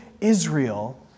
Israel